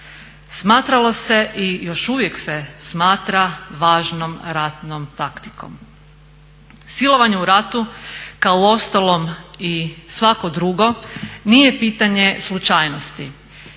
Smatralo se i još uvije se smatra važnom ratnom taktikom. Silovanje u ratu kao uostalom i svako drugo nije pitanje slučajnosti.